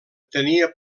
tenia